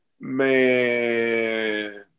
man